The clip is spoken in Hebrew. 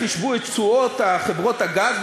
שהם חישבו את תשואות חברות הגז,